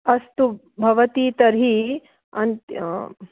अस्तु भवती तर्हि अन्त्